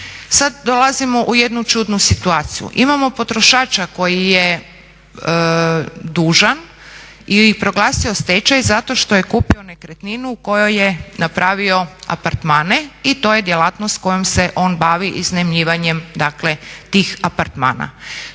Sad dolazimo u jednu čudnu situaciju. Imamo potrošača koji je dužan i proglasio je stečaj zato što je kupio nekretninu u kojoj je napravio apartmane i to je djelatnost u kojoj se on bavi iznajmljivanjem dakle tih apartmana.